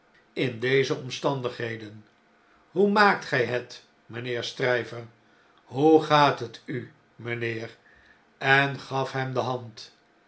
in deze omstandigheden hoe maakt gij het mijnheer stryver hoe gaat het u mijnheer en gaf hem de hand